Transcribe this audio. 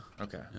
Okay